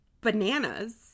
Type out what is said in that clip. bananas